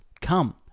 come